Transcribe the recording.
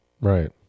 Right